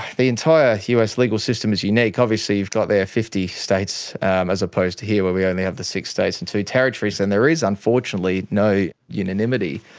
the entire us legal system is unique. obviously you've got their fifty states um as opposed to here where we only have the six states and two territories, and there is unfortunately no unanimity.